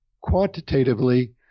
quantitatively